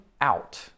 out